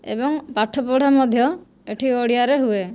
ଏବଂ ପାଠପଢ଼ା ମଧ୍ୟ ଏଇଠି ଓଡ଼ିଆରେ ହୁଏ